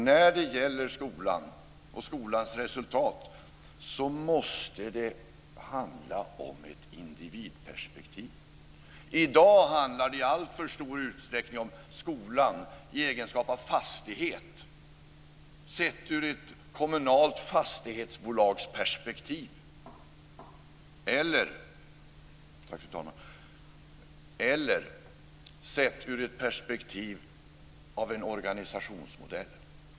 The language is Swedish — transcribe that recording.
När det gäller skolan och skolans resultat måste det handla om ett individperspektiv. I dag handlar det i alltför stor utsträckning om skolan i egenskap av fastighet, sett ur ett kommunalt fastighetsbolagsperspektiv, eller sett ur ett perspektiv av en organisationsmodell.